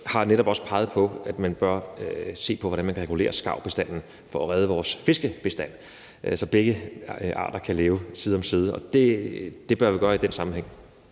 med, netop også peget på, at man bør se på, hvordan man kan regulere skarvbestanden for at redde vores fiskebestand, altså så de to arter kan leve side om side. Det bør vi gøre i den sammenhæng.